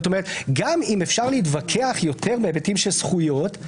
גם אם אפשר להתווכח יותר בהיבטים של זכויות,